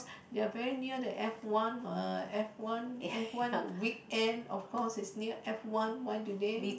they are very near the F one mah F one F one weekend of course is near F one why do they